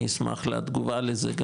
אני אשמח לתגובה לזה,